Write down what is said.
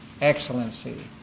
excellency